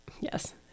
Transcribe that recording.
yes